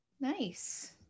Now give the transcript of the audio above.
Nice